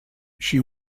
she